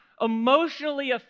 emotionally